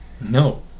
No